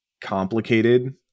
complicated